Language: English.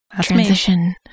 Transition